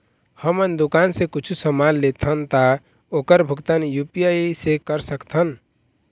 हमन दुकान से कुछू समान लेथन ता ओकर भुगतान यू.पी.आई से कर सकथन?